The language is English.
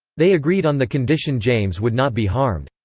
they agreed on the condition james would not be harmed.